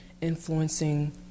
influencing